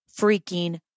freaking